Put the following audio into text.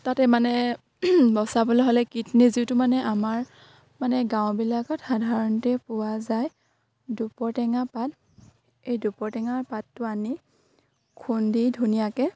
তাতে মানে বচাবলে হ'লে কিটনী যিটো মানে আমাৰ মানে গাঁওবিলাকত সাধাৰণতে পোৱা যায় দুপৰ টেঙা পাত এই দুপৰ টেঙা পাতটো আনি খুন্দি ধুনীয়াকে